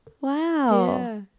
Wow